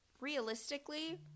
realistically